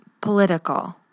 political